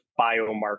biomarker